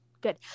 Good